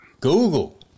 Google